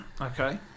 Okay